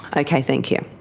okay, thank you.